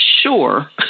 sure